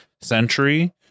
century